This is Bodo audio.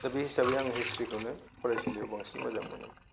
दा बे हिसाबैनोआं हिसथ्रिखौनो फरायसालियाव बांसिन मोजां मोनोमोन